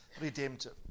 redemptive